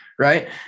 Right